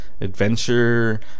adventure